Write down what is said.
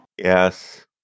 Yes